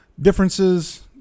differences